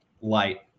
light